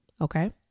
Okay